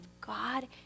God